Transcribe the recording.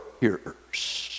hearers